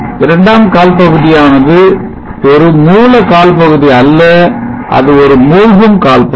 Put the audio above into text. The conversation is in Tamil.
இரண்டாம் கால் பகுதியானது ஒரு மூல கால் பகுதி அல்ல அது ஒரு மூழ்கும் கால் பகுதி